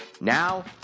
Now